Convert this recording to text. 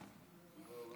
מה קרה?